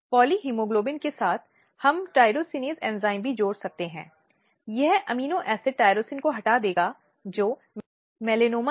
आम तौर पर जब हम उन स्थितियों का उल्लेख करते हैं जहां इन महिलाओं को वेश्यावृत्ति के व्यापार में डाल दिया जाता है